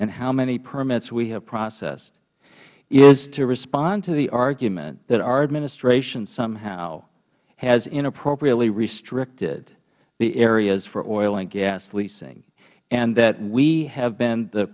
and how many permits we have processed is to respond to the argument that our administration somehow has inappropriately restricted the areas for oil and gas leasing and that we have been the